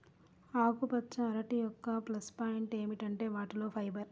ఆకుపచ్చ అరటి యొక్క ప్లస్ పాయింట్ ఏమిటంటే వాటిలో ఫైబర్